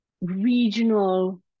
regional